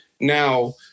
now